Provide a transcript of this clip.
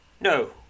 No